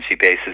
basis